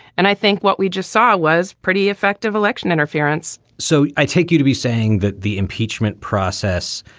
and i think what we just saw was pretty effective election interference so i take you to be saying that the impeachment process,